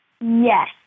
Yes